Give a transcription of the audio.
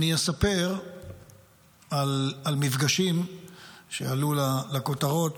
אני אספר על מפגשים שעלו לכותרות,